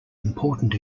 important